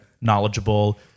knowledgeable